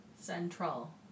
Central